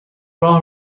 راه